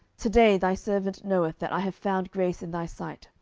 to day thy servant knoweth that i have found grace in thy sight,